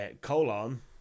Colon